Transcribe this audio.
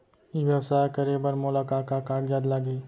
ई व्यवसाय करे बर मोला का का कागजात लागही?